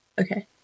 okay